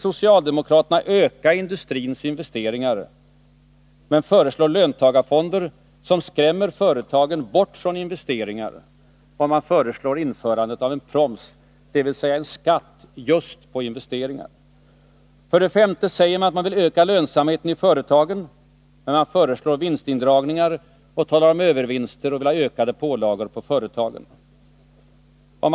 Socialdemokraterna vill öka industrins investeringar men föreslår löntagarfonder, som skrämmer företagen bort från investeringar, och föreslår införande av en proms dvs. en skatt just på investeringar. 5. Man säger att man vill öka lönsamheten i företagen, men man föreslår vinstindragningar, talar om övervinster och vill ha ökade pålagor på företagen. 6.